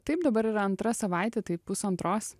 taip dabar yra antra savaitė tai pusantros